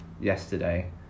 yesterday